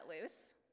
loose